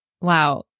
Wow